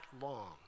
long